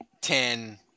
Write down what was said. ten